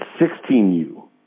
16U